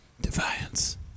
Defiance